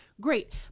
great